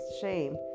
shame